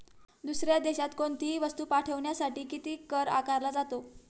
दुसऱ्या देशात कोणीतही वस्तू पाठविण्यासाठी किती कर आकारला जातो?